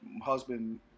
husband